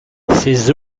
ses